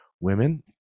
women